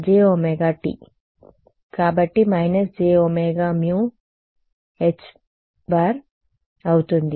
jωt కాబట్టి jωμH అవుతుంది